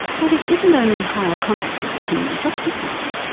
but it isn't only higher contact with the criminal justice system.